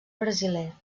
brasiler